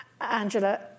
Angela